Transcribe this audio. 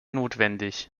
notwendig